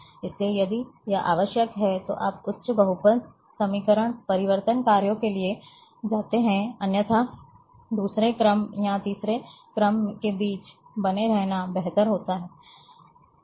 इसलिए यदि यह आवश्यक है तो आप उच्च बहुपद समीकरणों परिवर्तन कार्यों के लिए जाते हैं अन्यथा दूसरे क्रम या तीसरे क्रम के बीच बने रहना बेहतर होता है